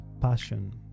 passion